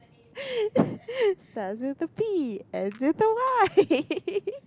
starts with a B ends with a Y